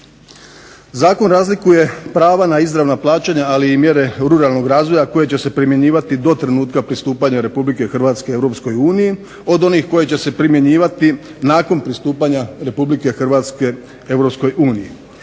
Zakon razlikuje prava na izravna plaćanja, ali i mjere ruralnog razvoja koje će se primjenjivati do trenutka pristupanja Republike Hrvatske Europskoj uniji od onih koja će se primjenjivati nakon pristupanja Republike Hrvatske